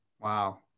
Wow